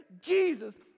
Jesus